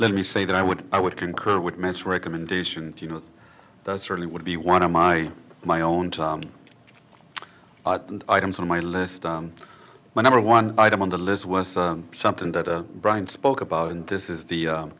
let me say that i would i would concur with miss recommendation you know that certainly would be one of my my own items on my list my number one item on the list was something that brian spoke about and this is the